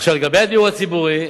לגבי הדיור הציבורי,